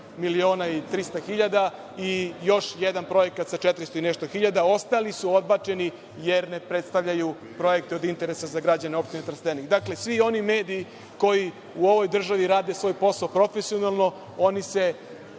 miliona 300 hiljada i još jedan projekat sa 400 i nešto hiljada, a ostali su odbačeni jer ne predstavljaju projekte od interesa za građane opštine Trstenik. Dakle, svi oni mediji koji u ovoj državi rade svoj posao profesionalno, oni se